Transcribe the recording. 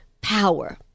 power